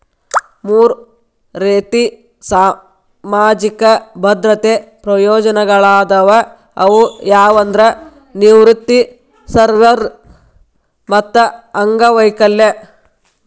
ಮೂರ್ ರೇತಿ ಸಾಮಾಜಿಕ ಭದ್ರತೆ ಪ್ರಯೋಜನಗಳಾದವ ಅವು ಯಾವಂದ್ರ ನಿವೃತ್ತಿ ಸರ್ವ್ಯವರ್ ಮತ್ತ ಅಂಗವೈಕಲ್ಯ